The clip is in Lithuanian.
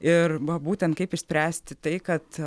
ir va būtent kaip išspręsti tai kad